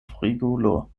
frigulo